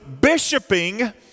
bishoping